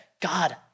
God